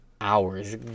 hours